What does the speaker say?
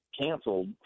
canceled